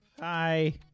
Hi